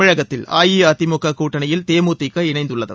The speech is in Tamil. தமிழகத்தில் அஇஅதிமுக கூட்டணியில் தேமுதிக இணைந்துள்ளது